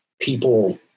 people